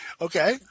Okay